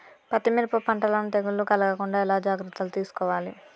పత్తి మిరప పంటలను తెగులు కలగకుండా ఎలా జాగ్రత్తలు తీసుకోవాలి?